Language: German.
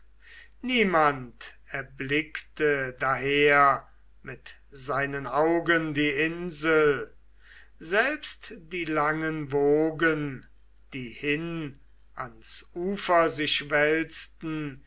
niemand erblickte daher mit seinen augen die insel selbst die langen wogen die hin ans ufer sich wälzten